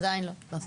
עדיין לא.